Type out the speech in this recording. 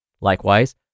Likewise